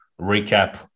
recap